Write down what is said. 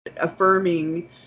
affirming